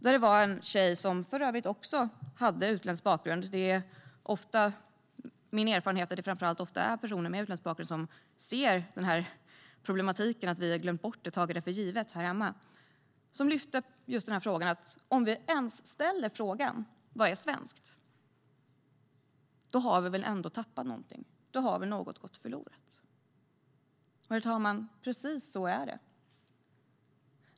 Där var det en tjej, för övrigt med utländsk bakgrund - min erfarenhet är att det ofta är personer med utländsk bakgrund som ser problematiken att vi har glömt bort och tagit det för givet här hemma - som lyfte fram just frågan att om vi ens ställer frågan om vad som är svenskt, då har vi väl ändå tappat någonting? Då har väl något gått förlorat? Herr talman! Precis så är det.